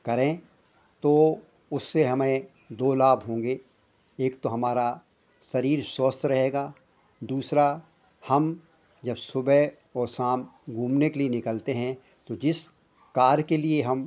करें तो उससे हमें दो लाभ होंगे एक तो हमारा शरीर स्वस्थ रहेगा दूसरा हम जब सुबह और शाम घूमने के लिए निकलते हैं तो जिस कार्य के लिए हम